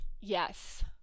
Yes